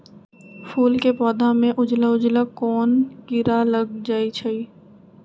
फूल के पौधा में उजला उजला कोन किरा लग जई छइ?